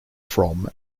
from